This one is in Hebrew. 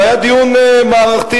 והיה דיון מערכתי.